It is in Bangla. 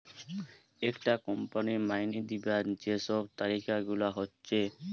একটা কোম্পানির মাইনে দিবার যে সব তালিকা গুলা হচ্ছে